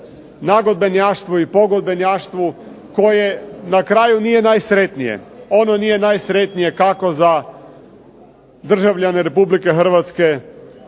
nagodbenjaštvu i pogodbenjaštvu koje na kraju nije najsretnije. Ono nije najsretnije za državljane Republike Hrvatske